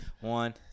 One